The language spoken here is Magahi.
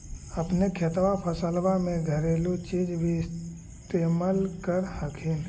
अपने खेतबा फसल्बा मे घरेलू चीज भी इस्तेमल कर हखिन?